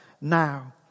now